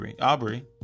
Aubrey